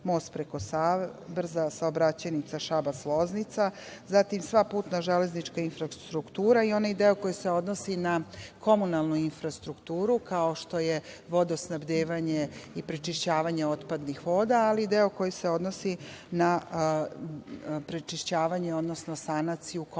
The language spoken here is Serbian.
most preko Save, brza saobraćajnica Šabac – Loznica, zatim, sva putna železnička infrastruktura i onaj deo koji se odnosi na komunalnu infrastrukturu, kao što je vodosnabdevanje i prečišćavanje otpadnih voda, ali i deo koji se odnosi na prečišćavanje, odnosno sanaciju komunalnog